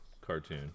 cartoon